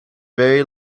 very